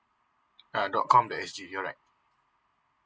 uh dot com dot S G you're right